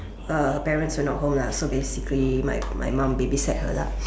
her parents are not home lah so basically my my mom babysat her lah